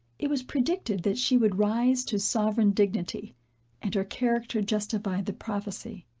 it was predicted that she would rise to sovereign dignity and her character justified the prophecy.